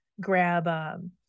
grab